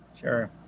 Sure